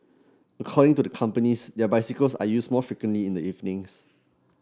according to the companies their bicycles are used more frequently in the evenings